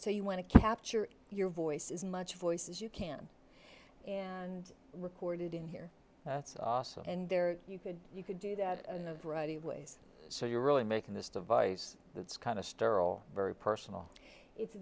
so you want to capture your voice as much a voice as you can and recorded in here that's awesome and there you could you could do that in a variety of ways so you're really making this device that's kind of sterile very personal it's